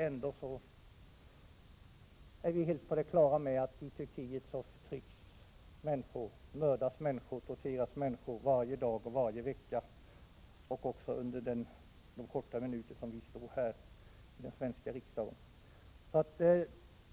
Ändå är vi helt på det klara med att i Turkiet förtrycks, mördas och torteras människor varje dag och varje vecka — också under de få minuter vi nu debatterar här i den svenska riksdagen.